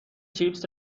چیپس